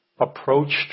approached